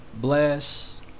bless